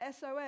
SOS